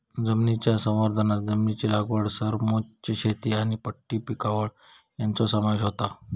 जमनीच्या संवर्धनांत जमनीची लागवड समोच्च शेती आनी पट्टी पिकावळ हांचो समावेश होता